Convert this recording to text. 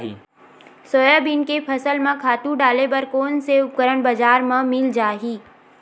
Soybean के फसल म खातु डाले बर कोन से उपकरण बजार म मिल जाहि?